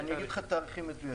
תן נתונים,